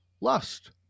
lust